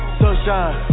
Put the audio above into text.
sunshine